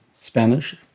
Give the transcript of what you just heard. Spanish